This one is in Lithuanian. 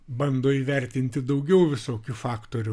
bando įvertinti daugiau visokių faktorių